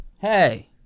Hey